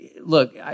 look